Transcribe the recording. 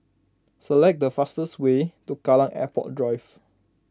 select the fastest way to Kallang Airport Drive